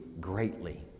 greatly